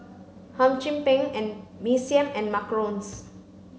Hum Chim Peng Mee Siam and Macarons